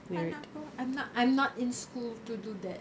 tak nak aku I'm not I'm not in school to do that